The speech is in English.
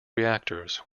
reactors